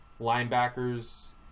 linebackers